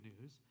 news